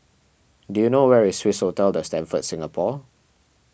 do you know where is Swissotel the Stamford Singapore